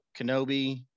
Kenobi